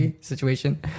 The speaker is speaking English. situation